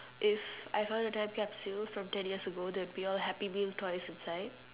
if I found a time capsule from ten years ago there'll be all happy meal toys inside